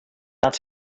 dit